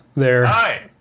Hi